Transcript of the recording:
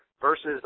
versus